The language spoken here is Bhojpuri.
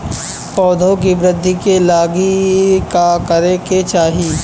पौधों की वृद्धि के लागी का करे के चाहीं?